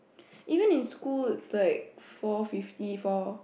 even in schools like four fifty four